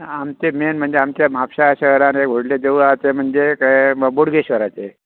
हां आमचे मेन म्हणजे आमच्या म्हापश्या शहरान व्हडले देवळ आसा ते म्हणजे बोडगेश्वराचे